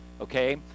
okay